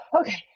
Okay